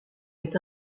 est